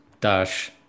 dash